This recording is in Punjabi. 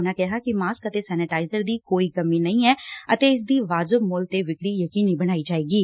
ਉਨ਼ਾਂ ਕਿਹਾ ਕਿ ਮਾਸਕ ਅਤੇ ਸੈਨੇਟਾਈਜਰ ਦੀ ਕੋਈ ਕਮੀ ਨਹੀਂ ਐ ਅਤੇ ਇਸ ਦੀ ਵਾਜਿਬ ਮੁੱਲ ਵਿਕਰੀ ਯਕੀਨੀ ਬਣਾਈ ਜਾਏਗੀ